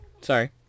sorry